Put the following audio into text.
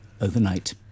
overnight